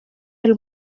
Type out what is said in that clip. del